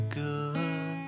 good